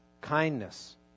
kindness